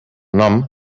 nom